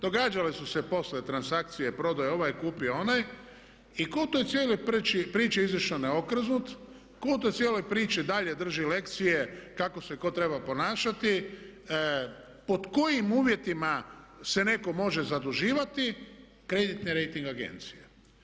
Događale su se poslovi transakcije, prodaje, ovaj je kupio, onaj i tko u toj cijeloj priči je izašao neokrznut, tko to cijeloj priči i dalje drži lekcije kako se tko treba ponašati, pod kojim uvjetima se netko može zaduživati, kreditni rejting agencije.